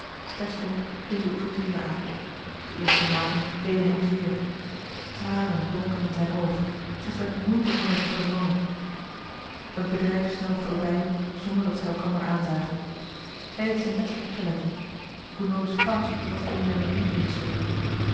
ving de ouverture aan de eerste maten deden hem zeer tranen blonken in zijn oog slechts met moeite kon hij zich vermannen een bedrijf snelde voorbij zonder dat zij elkander aanzagen hij deed zijn best opteletten gounod's faust was een zijner